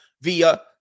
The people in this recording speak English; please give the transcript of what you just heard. via